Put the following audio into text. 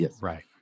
Right